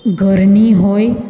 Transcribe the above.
ઘરની હોય